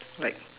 like